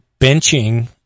benching